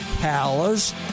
Palace